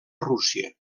rússia